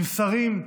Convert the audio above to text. עם שרים,